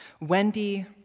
Wendy